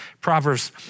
Proverbs